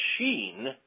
machine